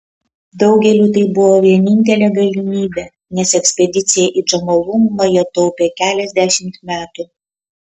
daugeliui tai buvo vienintelė galimybė nes ekspedicijai į džomolungmą jie taupė keliasdešimt metų